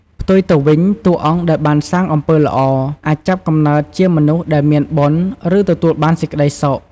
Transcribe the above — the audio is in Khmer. ផ្ទុយទៅវិញ តួអង្គដែលបានសាងអំពើល្អ អាចចាប់កំណើតជាមនុស្សដែលមានបុណ្យ ឬទទួលបានសេចក្ដីសុខ។